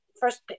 first